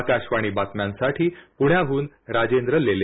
आकाशवाणी बातम्यांसाठी पुण्याहन राजेंद्र लेले